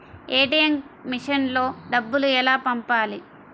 ATM మెషిన్లో డబ్బులు ఎలా పంపాలి?